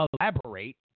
elaborate